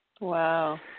Wow